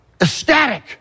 ecstatic